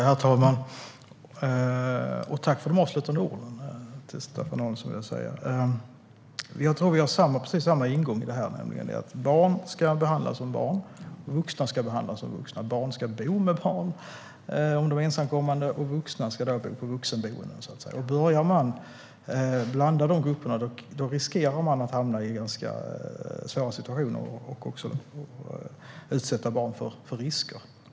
Herr talman! Tack, Staffan Danielsson, för de avslutande orden! Jag tror att vi har samma ingång i detta: Barn ska behandlas som barn, och vuxna ska behandlas som vuxna. Barn ska bo med barn, om de är ensamkommande, och vuxna ska bo på vuxenboenden. Börjar man blanda de grupperna riskerar man att hamna i svåra situationer och också utsätta barn för risker.